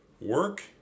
Work